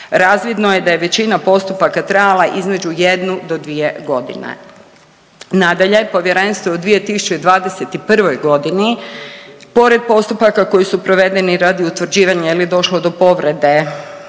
razvidno je da je većina postupaka trajala između jednu do dvije godine. Nadalje, povjerenstvo je u 2021. godini pored postupaka koji su provedeni radi utvrđivanja je li došlo do povrede